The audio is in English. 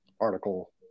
article